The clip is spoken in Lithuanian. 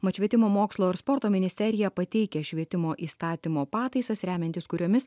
mat švietimo mokslo ir sporto ministerija pateikia švietimo įstatymo pataisas remiantis kuriomis